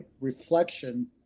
reflection